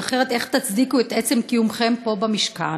כי אחרת איך תצדיקו את עצם קיומכם פה במשכן,